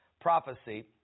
prophecy